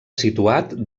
situat